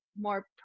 more